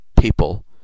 people